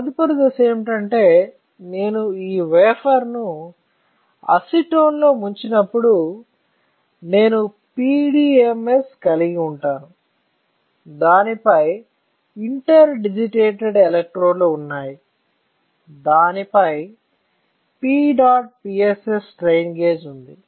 తదుపరి దశ ఏమిటంటే నేను ఈ వేఫర్ ను అసిటోన్లో ముంచినప్పుడు నేను PDMS కలిగి ఉంటాను దానిపై ఇంటర్డిజిటెడ్ ఎలక్ట్రోడ్లు ఉన్నాయి దానిపై PEDOTPSS స్ట్రెయిన్ గేజ్ ఉంది